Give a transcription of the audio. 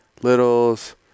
littles